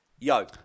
Yo